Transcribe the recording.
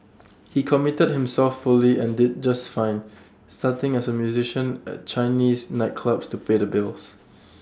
he committed himself fully and did just fine starting as A musician at Chinese nightclubs to pay the bills